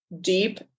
deep